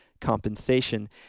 compensation